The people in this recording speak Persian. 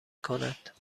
کند